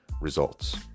results